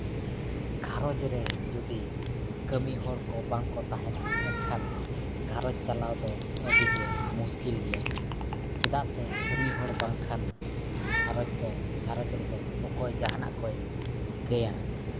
ᱜᱷᱟᱸᱨᱚᱡᱽ ᱨᱮ ᱡᱩᱫᱤ ᱠᱟᱹᱢᱤ ᱦᱚᱲ ᱠᱚ ᱵᱟᱝᱠᱚ ᱛᱟᱦᱮᱸᱱᱟ ᱮᱱᱠᱷᱟᱱ ᱜᱷᱟᱸᱨᱚᱡᱽ ᱪᱟᱞᱟᱣ ᱫᱚ ᱟᱹᱰᱤ ᱜᱮ ᱢᱩᱥᱠᱤᱞ ᱜᱮᱭᱟ ᱪᱮᱫᱟᱜ ᱥᱮ ᱠᱟᱹᱢᱤ ᱦᱚᱲ ᱵᱟᱝᱠᱷᱟᱱ ᱜᱷᱟᱸᱨᱚᱡᱽ ᱫᱚ ᱜᱷᱟᱸᱨᱚᱡᱽ ᱨᱮᱫᱚ ᱚᱠᱚᱭ ᱡᱟᱦᱟᱱᱟᱜ ᱠᱚᱭ ᱪᱤᱠᱟᱹᱭᱟ